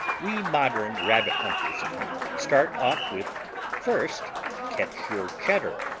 we modern rabbit-hunters start off with first catch your cheddar!